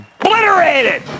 Obliterated